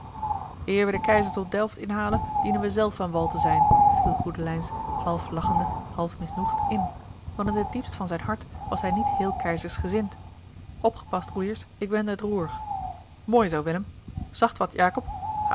we den keizer tot delft inhalen dienen we zelf aan wal te zijn viel goedelijns half lachende half misnoegd in want in t diepst van zijn hart was hij niet heel keizersgezind opgepast roeiers ik wende het roer mooi zoo willem zacht wat